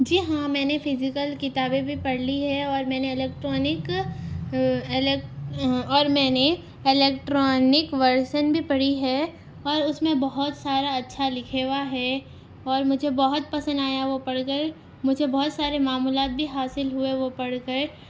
جی ہاں میں نے فیزیکل کتابیں بھی پڑھ لی ہے اور میں نے الیکٹرانک اور میں نے الیکٹرانک ورژن بھی پڑھی ہے اور اس میں بہت سارا اچّھا لکھے ہوا ہے اور مجھے بہت پسند آیا وہ پڑھ کر مجھے بہت سارے معاملات بھی حاصل ہوے وہ پڑھ کر